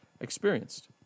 experienced